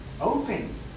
Open